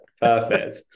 perfect